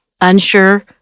Unsure